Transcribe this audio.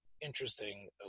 interesting